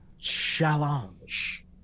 challenge